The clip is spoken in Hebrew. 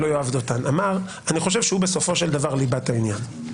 אני חושב שהוא בסופו של דבר ליבת העניין.